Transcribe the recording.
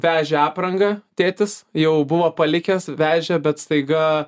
vežė aprangą tėtis jau buvo palikęs vežė bet staiga